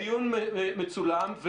הדיון מצולם.